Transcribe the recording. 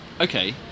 Okay